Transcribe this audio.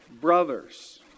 brothers